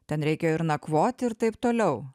ten reikia ir nakvoti ir taip toliau